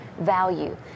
value